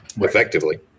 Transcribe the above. effectively